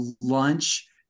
lunch